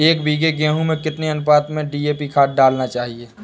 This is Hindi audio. एक बीघे गेहूँ में कितनी अनुपात में डी.ए.पी खाद डालनी चाहिए?